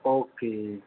okay